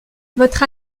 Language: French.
votre